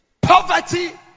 Poverty